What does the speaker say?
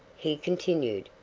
he continued,